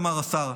אמר השר,